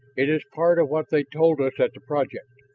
it is part of what they told us at the project.